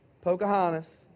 Pocahontas